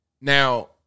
Now